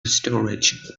storage